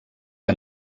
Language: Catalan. que